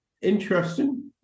Interesting